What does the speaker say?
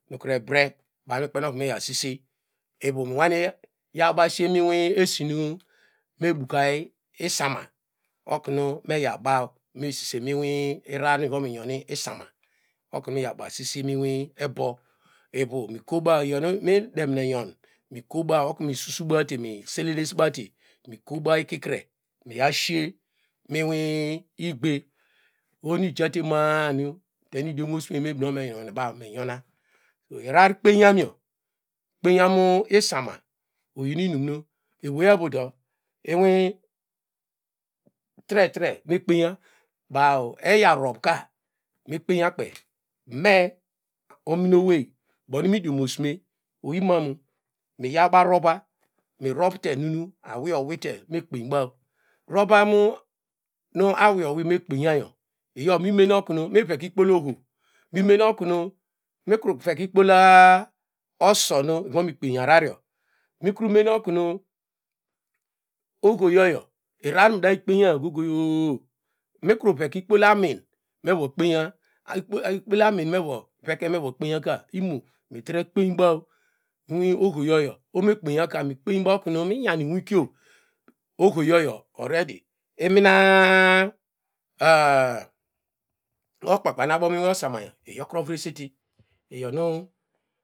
Nukru ebre bonu kpen no oknu me ya sise ivu ima yaba siyemi nu mebuka isana oknu meyaw baw mesise mu irarar mu innu mivo mi yon isama ekunu miyawba sise mu ebu ovu ivu me koba iyo nu mi demne nyon mikobaw oknu misusubaw miselenesbawte mikoba ikikre mi ya she mi igbe ohonu ijate ma- a nu idiomo ana me gino oknu me nyonbaw mi nyana irara kpenyaniyo kpenyan isona oyi inin nu eweinudo inoitretre me kpenya baw eya rovka mekpenya kpey me ominowey inime idiom snen oyimamu miyaw ba rova urovte nenu awiye owite mekpenbaw rovam nu awiye owite mekpenyanye iyo iyo mi mene oknu miveke ikpolo oho nukru veke ikpola a osonu mivom kpeny arararyo mikru mene nu ohoyoyo irarar dai kpenya go go- o- o mikru veke ikpita amin mevo kpenya ikpola amin mevo kpenya ikpola amin mo veke mova kpenyaka imo mi dre kpenyaw inwi ohoyoyo ohonu me kpenyaka mi kpenybaw oknu minyanwokio abeadi imina a- a okpakpa na abo mi inwi osamayo iyokuro vresete.